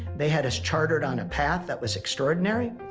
they had us chartered on a path that was extraordinary.